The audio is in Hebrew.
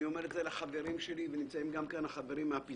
אני אומר את זה לחברים שלי ונמצאים פה גם החברים מהפיצוציות.